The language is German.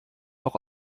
auch